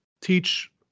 teach –